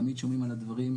תמיד שומעים על הדברים,